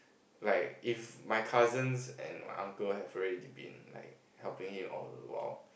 like if my cousins and my uncle have already been like helping him all the while